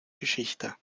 geschichte